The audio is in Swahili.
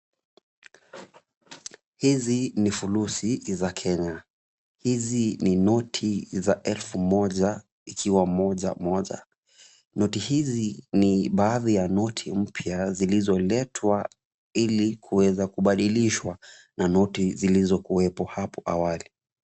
Hizi ni fulusi za Kenya. Hizi ni noti za elfu moja ikiwa moja moja. Noti hizi ni baadhi ya noti mpya zilizoletwa ili kuweza kubadilishwa na noti zilizokuwepo hapo awali.